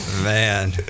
Man